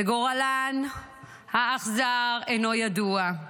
וגורלן האכזר אינו ידוע: